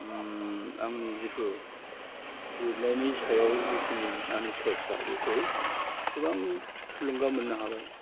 उम आंनि जितु लिरनायनि सायाव जिखिनि आंनि सरसा बेखौ गोबां थुलुंगा मोननो हाबाय